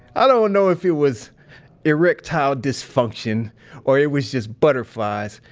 i don't know if it was erectile dysfunction or it was just butterflies,